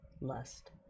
lust